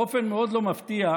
באופן מאוד לא מפתיע,